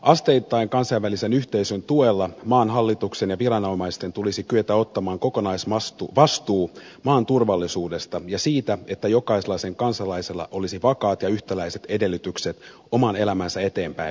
asteittain kansainvälisen yhteisön tuella maan hallituksen ja viranomaisten tulisi kyetä ottamaan kokonaisvastuu maan turvallisuudesta ja siitä että jokaisella sen kansalaisella olisi vakaat ja yhtäläiset edellytykset oman elämänsä eteenpäinviemiseen